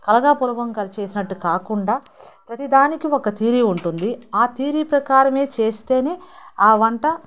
కలగాపులగంగా చేసినట్టు కాకుండా ప్రతీదానికి ఒక థియరీ ఉంటుంది ఆ థియరీ ప్రకారమే చేస్తేనే ఆ వంట